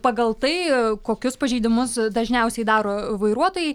pagal tai kokius pažeidimus dažniausiai daro vairuotojai